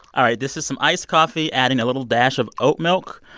all right. this is some iced coffee adding a little dash of oat milk.